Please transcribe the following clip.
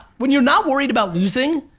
when you're not worried about losing,